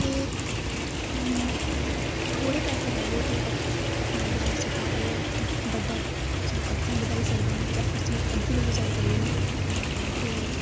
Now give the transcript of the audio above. इत्थै थोह्ड़े पैसे लाइयै अपना बिजनेस जेह्का ओह् बड्डा जां अग्गें बधाई सकदे न जां उसी अग्गें लेइयै जाई सकदे न ते